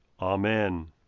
Amen